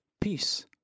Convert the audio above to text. peace